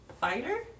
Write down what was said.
Fighter